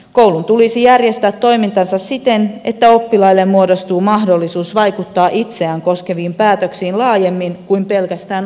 koulun tulisi järjestää toimintansa siten että oppilaille muodostuu mahdollisuus vaikuttaa itseään koskeviin päätöksiin laajemmin kuin pelkästään oppilaskuntien kautta